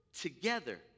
together